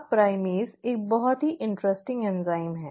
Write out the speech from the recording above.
अब प्राइमेज़ एक बहुत ही रोचक एंजाइम है